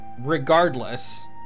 regardless